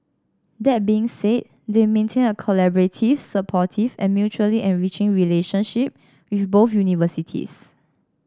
that being said they maintain a collaborative supportive and mutually enriching relationship with both universities